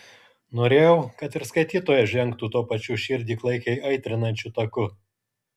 norėjau kad ir skaitytojas žengtų tuo pačiu širdį klaikiai aitrinančiu taku